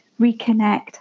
reconnect